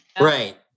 Right